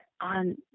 on